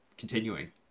continuing